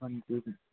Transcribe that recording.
ਹਾਂਜੀ